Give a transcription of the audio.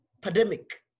pandemic